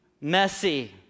Messy